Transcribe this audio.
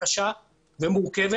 קשה ומורכבת